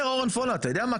אומר אורן פונו, אתה יודע מה?